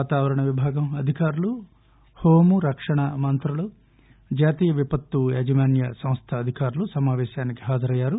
వాతావరణం విభాగం అధికారులు రక్షణ మంత్రులు జాతీయ విపత్తు యాజమాన్న సంస్వ అధికారులు సమాపేశానికి హాజరయ్యారు